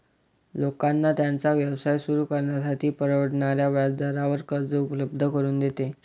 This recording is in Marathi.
लोकांना त्यांचा व्यवसाय सुरू करण्यासाठी परवडणाऱ्या व्याजदरावर कर्ज उपलब्ध करून देते